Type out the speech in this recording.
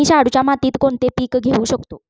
मी शाडूच्या मातीत कोणते पीक घेवू शकतो?